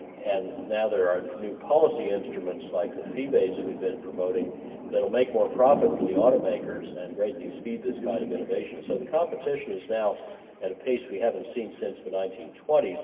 and now there are new policy instruments like the feebates we've been promoting that will make more profit for the automakers, and greatly speed this kind of innovation, so the competition is now at a pace we haven't seen since the nineteen twenty s,